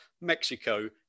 Mexico